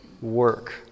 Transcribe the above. work